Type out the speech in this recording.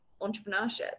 entrepreneurship